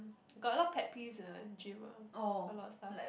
got a lot of pack pieces you know in gym ah a lot of stuff